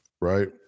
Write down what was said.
right